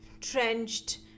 trenched